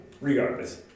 regardless